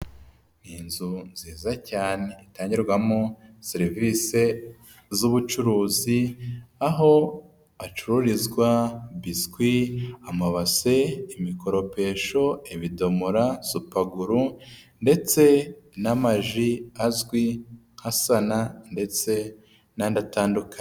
Ni inzu nziza cyane itangirwamo serivisi z'ubucuruzi aho acururizwa: biswi, amabase, imikoropesho, ibidomora, supaguru ndetse n'amaji azwi nka sana ndetse n'andi atandukanye.